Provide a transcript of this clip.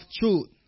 truth